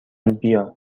بیا